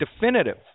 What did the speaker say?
definitive